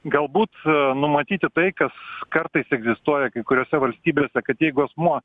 galbūt numatyti tai kas kartais egzistuoja kai kuriose valstybėse kad jeigu asmuo